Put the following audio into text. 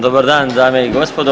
Dobar dan dame i gospodo.